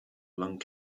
lung